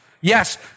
Yes